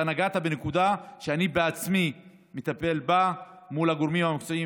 אתה נגעת בנקודה שאני בעצמי מטפל בה מול הגורמים המקצועיים,